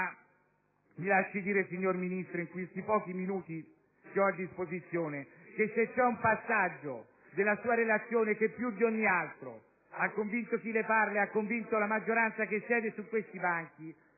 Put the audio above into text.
Mi lasci dire, signor Ministro, in questi pochi minuti che ho a disposizione, che se c'è un passaggio della sua Relazione che più di ogni altro ha convinto chi le parla e ha convinto la maggioranza che siede su questi banchi